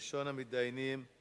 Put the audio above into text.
ראשונת המתדיינים,